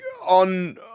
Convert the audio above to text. On